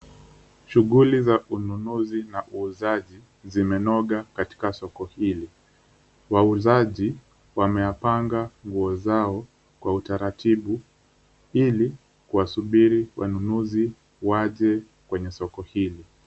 Shughuli za ununuzi na uuzaji zimenoga katika soko hili wauzaji wameyapanga nguo zao kwa utaratibu ili kuwasubiri wanunuzi waje kwenye soko hili.